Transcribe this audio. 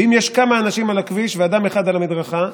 ואם יש כמה אנשים על הכביש ואדם אחד על המדרכה,